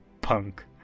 PUNK